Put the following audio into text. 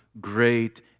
great